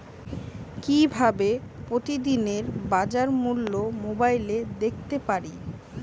কিভাবে প্রতিদিনের বাজার মূল্য মোবাইলে দেখতে পারি?